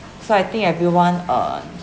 so I think everyone uh